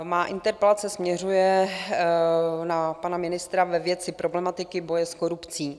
Má interpelace směřuje na pana ministra ve věci problematiky boje s korupcí.